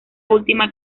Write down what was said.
última